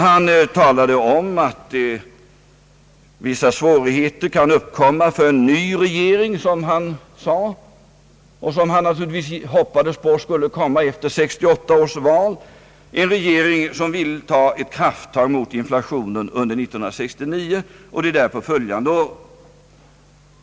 Han talade om att vissa svårigheter kan uppkomma för »en ny regering», som han naturligtvis hoppades skulle komma efter 1968 års val, en regering som ville ta krafttag mot inflationen under 1969 och de därpå följande åren.